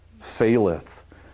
faileth